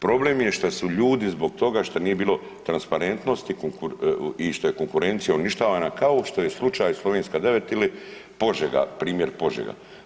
Problem je što su ljudi zbog toga što nije bilo transparentnosti i što je konkurencija uništavana kao što je slučaj Slovenska 9 ili Požega primjer Požega.